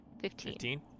Fifteen